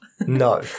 No